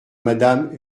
madame